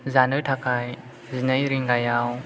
जानो थाखाय जिनै रिंगायाव